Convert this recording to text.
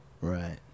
Right